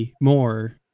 more